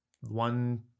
One